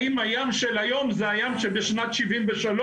האם הים של היום זה הים שבשנת 1973,